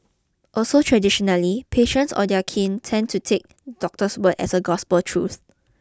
also traditionally patients or their kin tended to take doctor's word as gospel truth